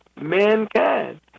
mankind